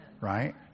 right